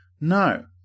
No